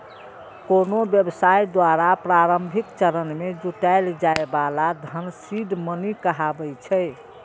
कोनो व्यवसाय द्वारा प्रारंभिक चरण मे जुटायल जाए बला धन सीड मनी कहाबै छै